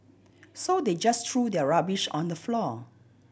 so they just threw their rubbish on the floor